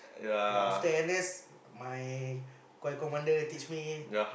ya after N_S my coy commander teach me